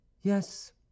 Yes